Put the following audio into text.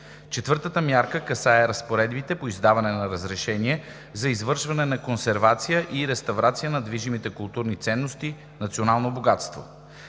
Четвъртата мярка касае разпоредбите по издаването на разрешение за извършване на консервация и реставрация на движими културни ценности национално богатство.